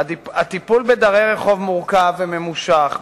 הטיפול בדרי רחוב מורכב וממושך,